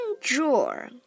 drawer